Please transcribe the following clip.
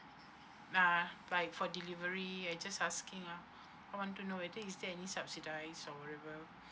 ah like for delivery I just asking ah I want to know whether is there any subsidise or whatever